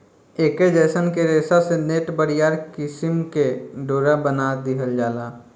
ऐके जयसन के रेशा से नेट, बरियार किसिम के डोरा बना दिहल जाला